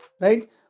right